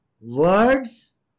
words